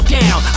down